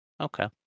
Okay